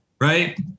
right